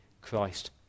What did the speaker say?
Christ